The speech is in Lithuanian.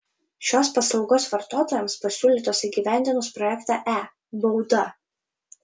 šios paslaugos vartotojams pasiūlytos įgyvendinus projektą e bauda